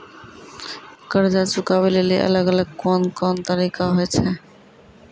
कर्जा चुकाबै लेली अलग अलग कोन कोन तरिका होय छै?